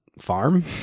farm